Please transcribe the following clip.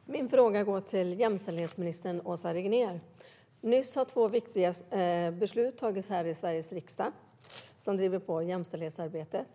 Herr talman! Min fråga går till jämställdhetsminister Åsa Regnér. Nyss har två viktiga beslut fattats här i Sveriges riksdag som driver på jämställdhetsarbetet.